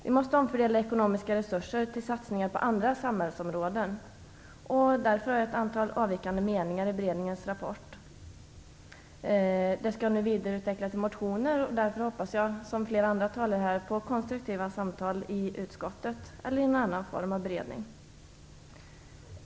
Vi måste omfördela ekonomiska resurser till satsningar på andra samhällsområden. Därför har jag ett antal avvikande meningar i beredningens rapport. Dessa skall jag nu vidareutveckla till motioner. Därför hoppas jag, i likhet med många andra talare här, på konstruktiva samtal i utskottet eller i någon annan form av beredning.